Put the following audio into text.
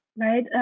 Right